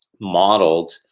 modeled